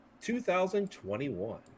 2021